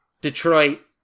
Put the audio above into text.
Detroit